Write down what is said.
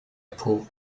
pull